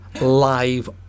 live